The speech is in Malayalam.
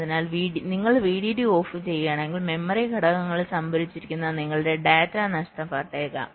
അതിനാൽ നിങ്ങൾ VDD ഓഫ് ചെയ്യുകയാണെങ്കിൽ മെമ്മറി ഘടകങ്ങളിൽ സംഭരിച്ചിരിക്കുന്ന നിങ്ങളുടെ ഡാറ്റ നഷ്ടപ്പെട്ടേക്കാം